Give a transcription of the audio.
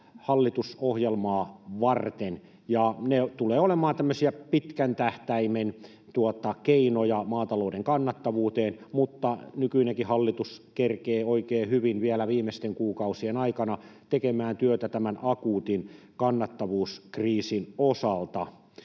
hallitusohjelmaa varten. Ne tulevat olemaan tämmöisiä pitkän tähtäimen keinoja maatalouden kannattavuuteen, mutta nykyinenkin hallitus kerkeää oikein hyvin vielä viimeisten kuukausien aikana tekemään työtä tämän akuutin kannattavuuskriisin osalta.